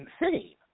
insane